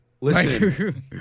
Listen